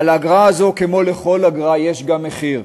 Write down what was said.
אבל לאגרה הזו כמו לכל אגרה יש גם מחיר.